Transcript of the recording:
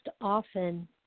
often